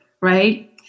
Right